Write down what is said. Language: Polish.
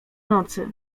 nocy